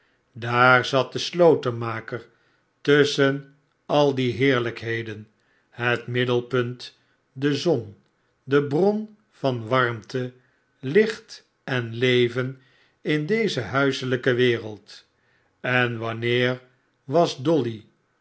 daar zat de slotenmaker tusschen al die heerlijkheden het middelpunt de zon de bron van warmte licht en leven in deze huiselijke wereld en wanneer was dolly